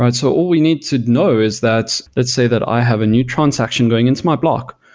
but so all we need to know is that let's say that i have a new transaction going into my block,